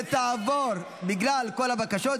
--- ובגלל כל הבקשות,